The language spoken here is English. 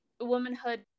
womanhood